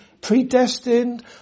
predestined